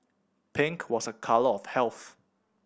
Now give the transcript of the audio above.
pink was a colour of health